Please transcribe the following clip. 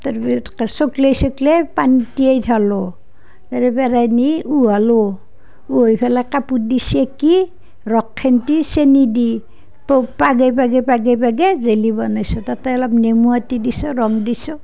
তাৰপিছত চকলিয়াই চকলিয়াই পানীত তিয়াই থ'লোঁ তাৰ পৰা নি উহালো উহাই পেলাই কাপোৰ দি চেকি ৰসখিনিত চেনী দি প পগাই পগাই পগাই পগাই জেলী বনাইছোঁ তাতে অলপ নেমু এটি দিছোঁ ৰস দিছোঁ